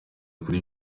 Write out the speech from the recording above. kuri